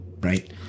right